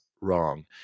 wrong